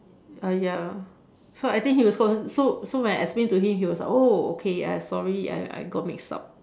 ah ya so I think he so so when I explain to him he was like oh okay sorry I I got mixed up